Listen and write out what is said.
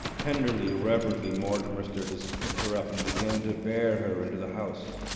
tenderly, reverently mortimer sturgis picked her up and began to bear her into the house.